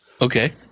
Okay